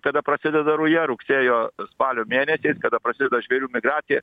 kada prasideda ruja rugsėjo spalio mėnesiais kada prasideda žvėrių migracija